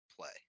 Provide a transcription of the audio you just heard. play